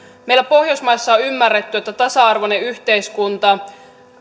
meillä pohjoismaissa on ymmärretty että tasa arvoinen yhteiskunta